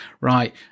right